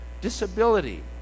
Disability